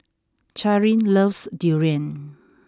Charin loves durian